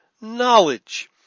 knowledge